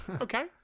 okay